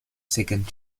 second